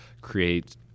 create